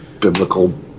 biblical